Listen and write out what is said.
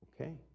Okay